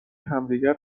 همدیگر